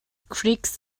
creaks